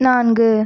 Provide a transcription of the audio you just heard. நான்கு